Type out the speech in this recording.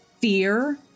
fear